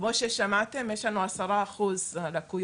כמו ששמעתם יש לנו עשרה אחוזים לקויות.